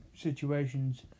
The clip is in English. situations